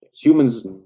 Humans